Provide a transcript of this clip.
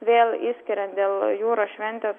vėl išskiriam dėl jūros šventės